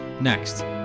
Next